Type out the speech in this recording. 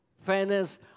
fairness